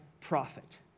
profit